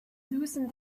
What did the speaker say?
loosened